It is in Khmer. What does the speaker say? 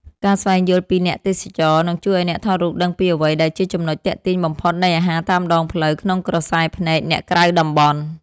ការស្វែងយល់ពី អ្នកទេសចរ នឹងជួយឱ្យអ្នកថតរូបដឹងពីអ្វីដែលជាចំណុចទាក់ទាញបំផុតនៃអាហារតាមដងផ្លូវក្នុងក្រសែភ្នែកអ្នកក្រៅតំបន់។